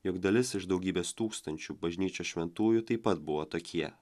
juk dalis iš daugybės tūkstančių bažnyčios šventųjų taip pat buvo tokie